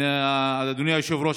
אדוני היושב-ראש,